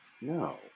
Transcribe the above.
No